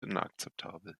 inakzeptabel